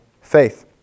faith